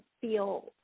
feel